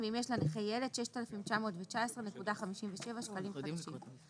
ואם יש לנכה ילד 6,919.57 שקלים חדשים,